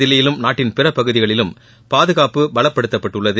தில்லியிலும் நாட்டின் பிற பகுதிகளிலும் பாதுகாப்பு பலப்படுத்தப்பட்டுள்ளது